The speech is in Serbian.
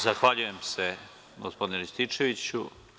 Zahvaljujem se gospodine Rističeviću.